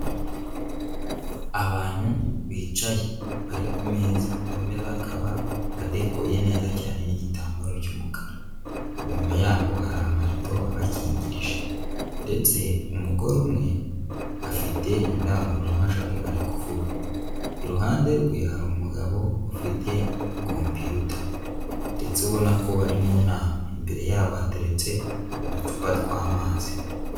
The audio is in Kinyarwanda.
Abantu bicaye bari ku meza, ayo meza akaba adekoye neza cyane n'igitambaro cy'umukara, inyuma yabo hari amarido abakingirije ndetse umugore umwe afite indangururamajwi ari kuvuga, iruhande rwe hari umugabo ufite kompiyuta ndetse ubona ko bari mu nama, imbere yabo hateretse uducupa tw'amazi.